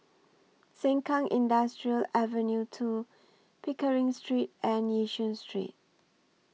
Sengkang Industrial Ave two Pickering Street and Yishun Street